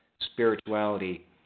spirituality